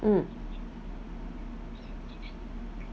mm